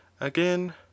Again